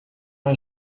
uma